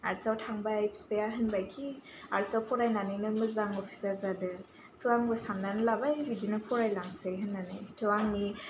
arts आव थांबाय बिफाया होनबाय खि आर्ट्सआव फरायनानैनो मोजां अफिसार जादो थ' आंबो साननानै लाबाय बिदिनो फरायलांसै होननानै थ' आंनि